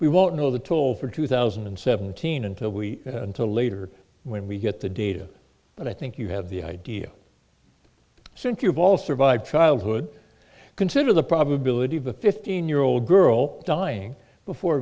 we won't know the toll for two thousand and seventeen until we until later when we get the data but i think you have the idea since you've all survived childhood consider the probability of a fifteen year old girl dying before